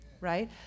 Right